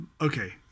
Okay